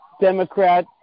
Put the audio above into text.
Democrat